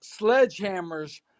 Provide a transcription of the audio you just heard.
sledgehammers